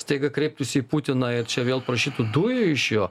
staiga kreiptųsi į putiną ir čia vėl prašyti dujų iš jo